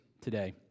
today